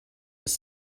was